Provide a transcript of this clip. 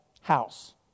house